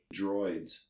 droids